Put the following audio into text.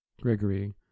Gregory